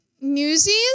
Newsies